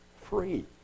free